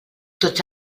tots